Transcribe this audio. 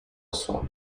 assolto